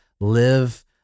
Live